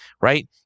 right